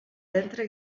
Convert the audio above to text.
ventre